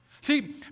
See